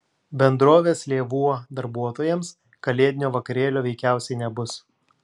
bendrovės lėvuo darbuotojams kalėdinio vakarėlio veikiausiai nebus